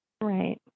Right